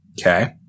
Okay